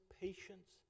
patience